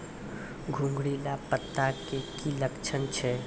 घुंगरीला पत्ता के की लक्छण छै?